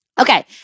Okay